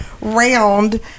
round